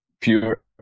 pure